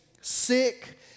sick